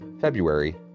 February